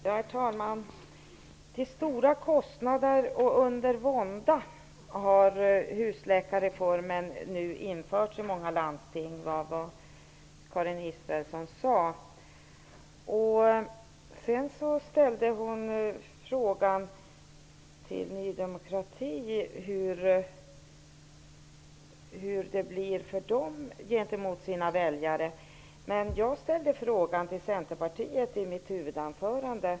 Herr talman! Husläkarreformen har nu införts i många landsting till stora kostnader och under vånda. Det var vad Karin Israelsson sade. Sedan ställde hon en fråga till Ny demokrati om hur deras förhållande gentemot väljarna kommer att bli. Men jag ställde en fråga till Centerpartiet i mitt huvudanförande.